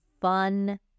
fun